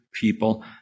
people